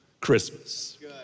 Christmas